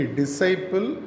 disciple